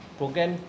program